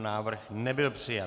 Návrh nebyl přijat.